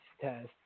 test